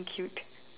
cute